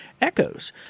Echoes